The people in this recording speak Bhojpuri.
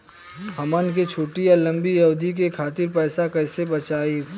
हमन के छोटी या लंबी अवधि के खातिर पैसा कैसे बचाइब?